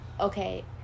okay